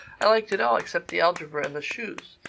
i liked it all except the algebra and the shoes.